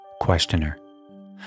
Questioner